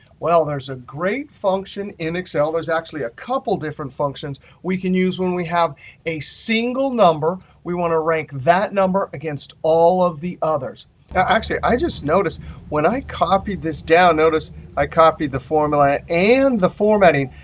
well, there's a great function in excel. there's actually a couple different functions we can use when we have a single number. we want to rank that number against all of the others. now actually, i just noticed when i copy this down, notice i copy the formula and the formatting.